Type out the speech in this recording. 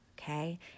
okay